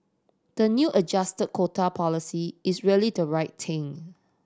the new adjust quota policy is really the right thing